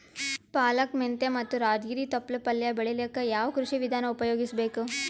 ಪಾಲಕ, ಮೆಂತ್ಯ ಮತ್ತ ರಾಜಗಿರಿ ತೊಪ್ಲ ಪಲ್ಯ ಬೆಳಿಲಿಕ ಯಾವ ಕೃಷಿ ವಿಧಾನ ಉಪಯೋಗಿಸಿ ಬೇಕು?